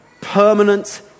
permanent